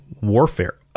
Warfare